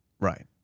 Right